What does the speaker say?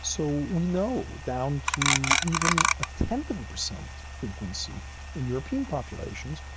so, we know down to even a tenth of a percent frequency in european populations.